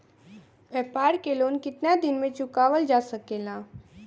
व्यापार के लोन कितना दिन मे चुकावल जा सकेला?